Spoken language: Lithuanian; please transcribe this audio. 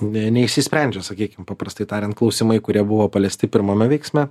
ne neišsisprendžia sakykim paprastai tariant klausimai kurie buvo paliesti pirmame veiksme